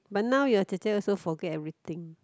but now your 姐姐：jie jie also forget everything